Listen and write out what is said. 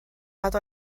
nad